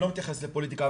אני לא מתייחס לפוליטיקה,